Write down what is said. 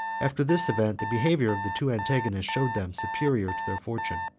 after this event, the behavior of the two antagonists showed them superior to their fortune.